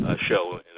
show